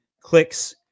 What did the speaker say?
clicks